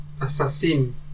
Assassin